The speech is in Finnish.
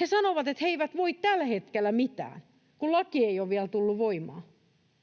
He sanovat, että he eivät voi tällä hetkellä mitään, kun laki ei ole vielä tullut voimaan.